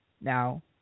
Now